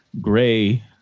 Gray